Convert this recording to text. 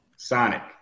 Sonic